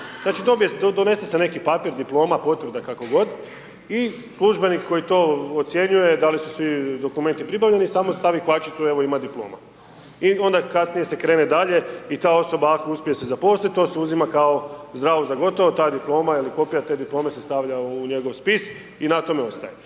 znači donese se neki papir, diploma, potvrda kako god i službenik koji to ocjenjuje da li su svi dokumenti pribavljeni samo stavi kvačicu, evo ima diploma i onda kasnije se krene dalje i ta osoba ako uspje se zaposlit to se uzima kao zdravo za gotovo, ta diploma ili kopija te diplome se stavlja u njegov spis i na tome ostaje.